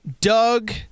Doug